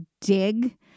dig